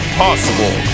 possible